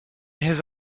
his